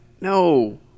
no